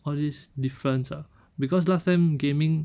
all these difference ah because last time gaming